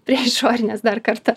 prie išorinės dar kartą